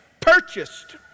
Purchased